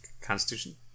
constitution